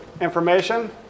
information